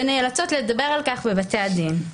ונאלצות לדבר על כך בבתי הדין.